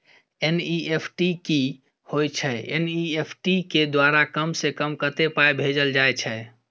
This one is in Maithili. एन.ई.एफ.टी की होय छै एन.ई.एफ.टी के द्वारा कम से कम कत्ते पाई भेजल जाय छै?